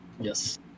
Yes